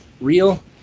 real